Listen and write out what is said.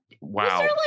Wow